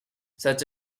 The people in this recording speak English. such